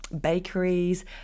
bakeries